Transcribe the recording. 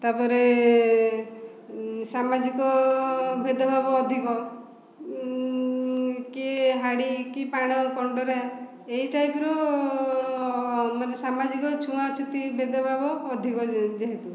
ତାପରେ ସମାଜିକ ଭେଦଭାବ ଅଧିକ କି ହାଡ଼ି କି ପାଣ କଣ୍ଡରା ଏହି ଟାଇପର ମାନେ ସାମାଜିକ ଛୁଆଁ ଛୁତି ଭେଦ ଭାବ ଅଧିକ ଯେହେତୁ